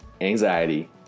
anxiety